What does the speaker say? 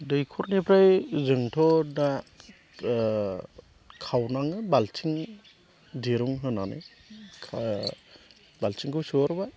दैखरनिफ्राय जोंथ' दा खावनाङो बाल्थिं दिरुं होनानै बाल्थिंखौ सोहरबाय